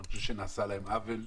אני חושב שנעשה להם עוול.